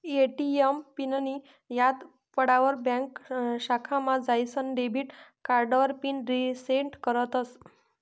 ATM पिननीं याद पडावर ब्यांक शाखामा जाईसन डेबिट कार्डावर पिन रिसेट करतस